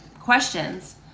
questions